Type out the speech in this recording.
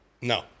No